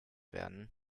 werden